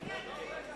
אדוני,